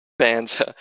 fans